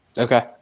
Okay